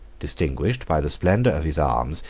distinguished by the splendor of his arms,